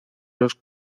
los